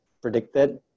predicted